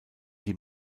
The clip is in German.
die